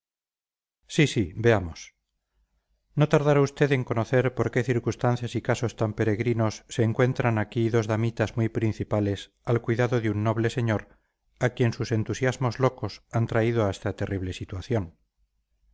sí sí veamos no tardará usted en conocer por qué circunstancias y casos tan peregrinos se encuentran aquí dos damitas muy principales al cuidado de un noble señor a quien sus entusiasmos locos han traído a esta terrible situación